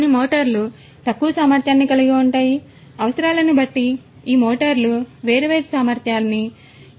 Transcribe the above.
కొన్ని మోటార్లు తక్కువ సామర్థ్యాన్ని కలిగి ఉంటాయి అవసరాలను బట్టి ఈ మోటార్లు వేర్వేరు సామర్థ్యాన్ని ఈ యుఎవిల కోసం ఉపయోగించవచ్చు